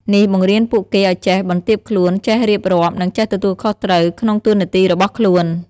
នេះបង្រៀនពួកគេឲ្យចេះ បន្ទាបខ្លួន ចេះរៀបរាប់ និងចេះទទួលខុសត្រូវ ក្នុងតួនាទីរបស់ខ្លួន។